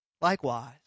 likewise